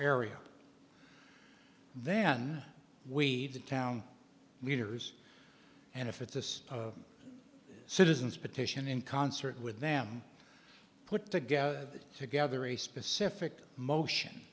area then we'd the town leaders and if it's the citizens petition in concert with them put together to gather a specific motion